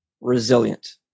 resilient